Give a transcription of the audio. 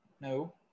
no